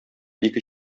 ике